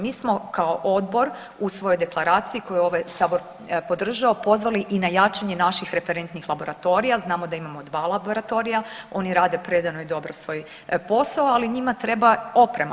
Mi smo kao odbor u svojoj deklaraciji koju je ovaj sabor podržao pozvali i na jačanje naših referentnih laboratorija, znamo da imamo dva laboratorija, oni rade predano i dobro svoj posao, ali njima treba oprema.